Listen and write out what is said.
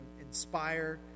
inspire